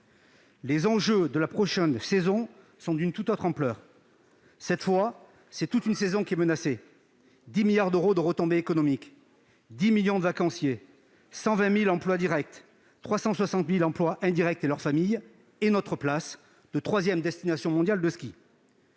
Les enjeux de la prochaine saison sont d'une tout autre ampleur puisque c'est l'intégralité de la saison qui est menacée, ce qui représente 10 milliards d'euros de retombées économiques, 10 millions de vacanciers, 120 000 emplois directs, 360 000 emplois indirects et leurs familles, ainsi que notre place de troisième destination mondiale de ski.